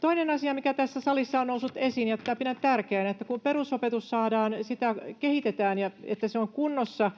Toinen asia, mikä tässä salissa on noussut esiin, ja tätä pidän tärkeänä: Kun perusopetusta kehitetään, että se on kunnossa,